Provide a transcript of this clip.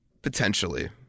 potentially